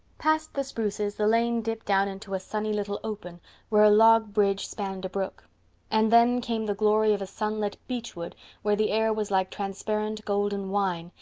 past the spruces the lane dipped down into a sunny little open where a log bridge spanned a brook and then came the glory of a sunlit beechwood where the air was like transparent golden wine,